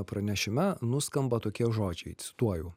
pranešime nuskamba tokie žodžiai cituoju